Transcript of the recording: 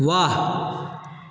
वाह